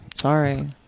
Sorry